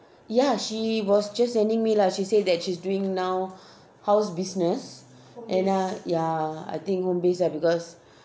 ya she was just sending me lah she say that she's doing now house business and ya uh I think home based lah because